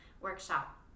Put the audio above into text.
workshop